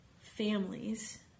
families